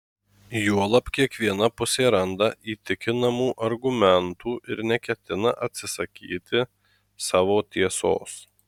juolab kiekviena pusė randa įtikinamų argumentų ir neketina atsisakyti savo tiesos